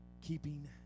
keeping